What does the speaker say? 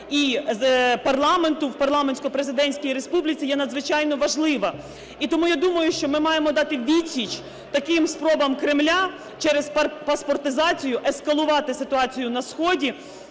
і парламенту в парламентсько-президентській республіці є надзвичайно важлива. І тому, я думаю, що ми маємо дати відсіч таким спробам Кремля через паспортизацію ескалувати ситуацію на сході.